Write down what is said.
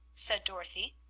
said dorothy.